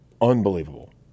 unbelievable